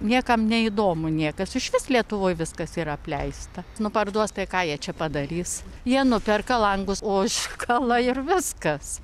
niekam neįdomu niekas išvis lietuvoj viskas yra apleista nu parduos tai ką jie čia padarys jie nuperka langus užkala ir viskas